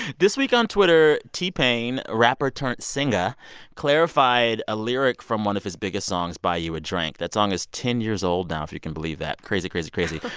this week on twitter, t-pain rapper turned singer clarified a lyric from one of his biggest songs, buy u a drank. that song is ten years old now, if you can believe that crazy, crazy, crazy.